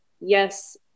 Yes